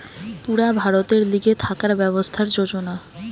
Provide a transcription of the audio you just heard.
পুরা ভারতের লিগে থাকার ব্যবস্থার যোজনা